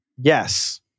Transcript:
Yes